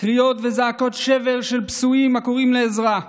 קריאות וזעקות שבר של פצועים הקוראים לעזרה,